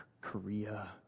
Korea